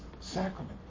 sacrament